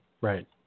Right